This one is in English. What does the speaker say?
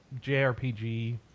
JRPG